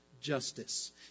justice